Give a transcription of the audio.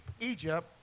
Egypt